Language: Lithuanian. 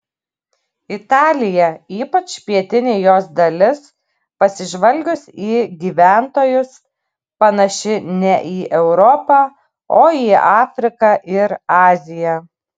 italija ypač pietinė jos dalis pasižvalgius į gyventojus panaši ne į europą o į afriką ir aziją